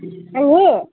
आङो